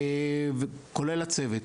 כולל הצוות.